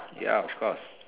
ya of course